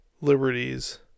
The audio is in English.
Liberties